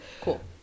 cool